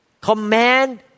command